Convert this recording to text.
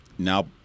Now